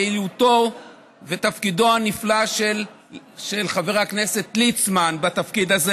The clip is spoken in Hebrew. יעילותו ותפקודו הנפלא של חבר הכנסת ליצמן בתפקיד הזה,